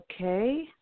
Okay